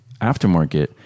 aftermarket